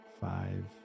five